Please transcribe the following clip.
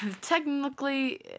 Technically